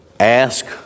Ask